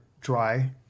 dry